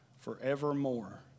forevermore